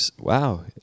Wow